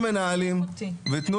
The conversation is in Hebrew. אני חוזר עוד פעם: תנו למנהלים ותנו